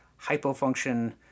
hypofunction